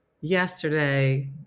Yesterday